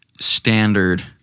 Standard